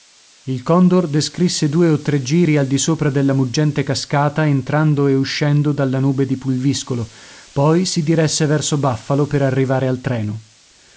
il condor descrisse due o tre giri al di sopra della muggente cascata entrando e uscendo dalla nube di pulviscolo poi si diresse verso buffalo per arrivare al treno